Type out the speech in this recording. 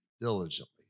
diligently